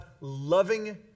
loving